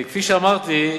כפי שאמרתי,